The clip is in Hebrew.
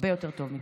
הרבה יותר טוב מכם,